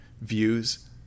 views